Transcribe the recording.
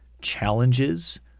challenges